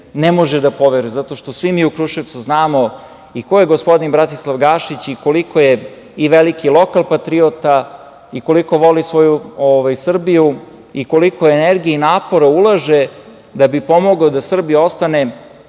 ne može da poveruje, zato što svi mi u Kruševcu znamo i ko je gospodin Bratislav Gašić i koliko je veliki lokal-patriota i koliko voli svoju Srbiju i koliko energije i napora ulaže da bi pomogao da Srbija postane